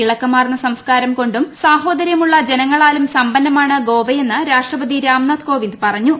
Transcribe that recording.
തിളക്കമാർന്ന സംസ്ക്കാരം കൊണ്ടും സാഹോദര്യമുള്ള ജനങ്ങളാലും സമ്പന്നമാണ് ഗോവയെന്ന് രാഷ്ട്രപതി രാംനാഥ് കോവിന്ദ് പറഞ്ഞു